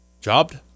jobbed